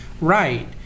right